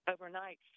overnight